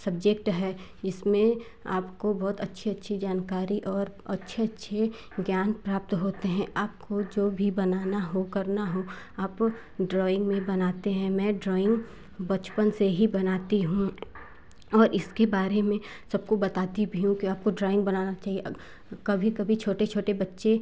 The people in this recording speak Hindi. सब्जेक्ट है इसमें आपको बहुत अच्छी अच्छी जानकारी और अच्छे अच्छे ज्ञान प्राप्त होते हैं आपको जो भी बनाना हो करना हो आप ड्राॅइंग में बनाते हैं मैं ड्राॅइंग बचपन से ही बनाती हूँ और इसके बारे में सबको बताती भी हूँ कि आपको ड्राॅइंग बनाना चहिए कभी कभी छोटे छोटे बच्चे